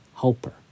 helper